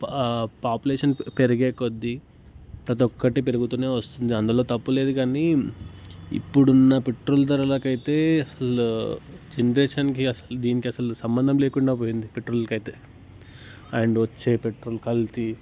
ఆ పాపులేషన్ పెరిగే కొద్ది ప్రతి ఒక్కటి పెరుగుతూనే వస్తుంది అందులో తప్పు లేదు గాని ఇప్పుడు ఉన్న పెట్రోల్ ధరలకైతే అసలు జనరేషన్కి అసలు దీనికి అసలు సంబంధం లేకుండా పోయింది పెట్రోల్కు అయితే అండ్ వచ్చే పెట్రోల్ కల్తీ